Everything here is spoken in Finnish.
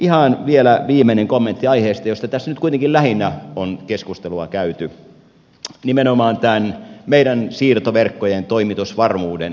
ihan vielä viimeinen kommentti aiheesta josta tässä nyt kuitenkin lähinnä on keskustelua käyty nimenomaan meidän siirtoverkkojen toimitusvarmuuden parantamisesta